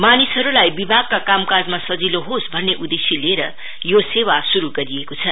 मानिसहरुलाई विभागका कामकाजमा सजिलो होस भन्ने उद्देश्य लिएर यो सेवा शुरु गरिएको छ